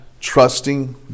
trusting